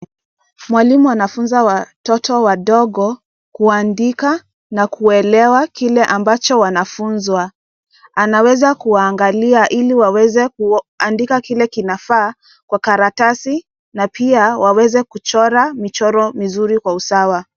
Mwalimu anafunza watoto wadogo kuandika na kuelewa kile ambacho wanafunzwa. Anaweza kuwaangalia ili waweze kuandika kile kinafaa kwa karatasi na pia waweze kuchora michoro mizuri kwa usawa.